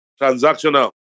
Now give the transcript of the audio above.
Transactional